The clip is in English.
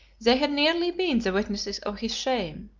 they had nearly been the witnesses of his shame.